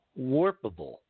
warpable